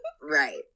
right